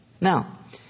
Now